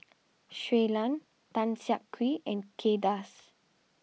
Shui Lan Tan Siak Kew and Kay Das